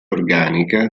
organica